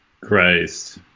Christ